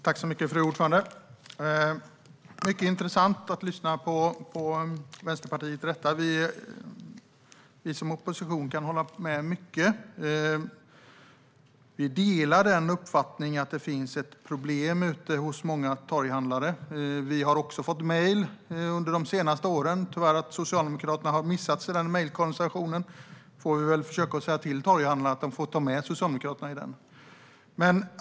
Fru talman! Det är mycket intressant att lyssna på Vänsterpartiet i detta. Vi som opposition kan hålla med om mycket. Vi delar uppfattningen att det finns ett problem ute hos många torghandlare; vi har också fått mejl de senaste åren. Det är synd att Socialdemokraterna har missats i den mejlkonversationen, och vi får väl försöka säga till torghandlarna att de ska ta med Socialdemokraterna i utskicken.